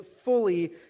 fully